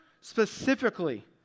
specifically